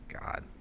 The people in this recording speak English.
God